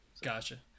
Gotcha